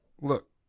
Look